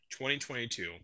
2022